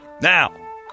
Now